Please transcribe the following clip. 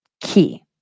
Key